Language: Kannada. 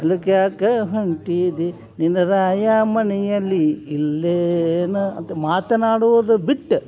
ಅಲ್ಲಿಗ್ಯಾಕ ಹೊಂಟೀದಿ ನಿನ್ನ ರಾಯ ಮನೆಯಲ್ಲಿ ಇಲ್ಲೇನು ಅಂತ ಮಾತನಾಡುವುದು ಬಿಟ್ಟು